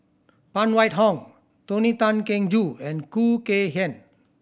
Phan Wait Hong Tony Tan Keng Joo and Khoo Kay Hian